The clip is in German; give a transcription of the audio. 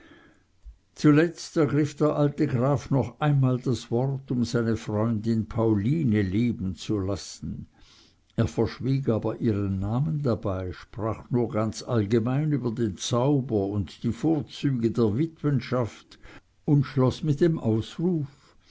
zuletzt ergriff der alte graf noch einmal das wort um seine freundin pauline leben zu lassen er verschwieg aber ihren namen dabei sprach nur ganz allgemein über den zauber und die vorzüge der witwenschaft und schloß mit dem ausruf